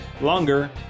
longer